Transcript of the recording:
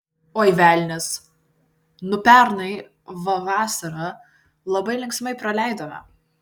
oi velnias nu pernai va vasarą labai linksmai praleidome